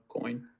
coin